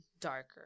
darker